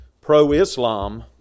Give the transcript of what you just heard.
pro-Islam